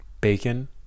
bacon